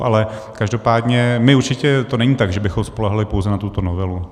Ale každopádně určitě to není tak, že bychom spoléhali pouze na tuto novelu.